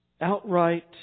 outright